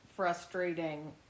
Frustrating